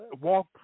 walk